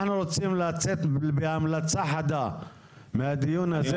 אנחנו רוצים לצאת בהמלצה חדה מהדיון הזה